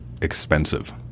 expensive